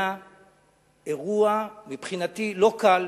היה אירוע, מבחינתי לא קל,